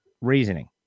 reasoning